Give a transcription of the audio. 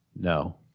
No